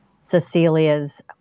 Cecilia's